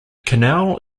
canal